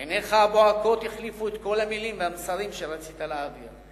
עיניך הבוהקות החליפו את כל המלים והמסרים שרצית להעביר.